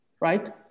right